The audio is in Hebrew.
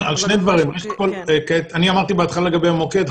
אני אמרתי בהתחלה לגבי המוקד,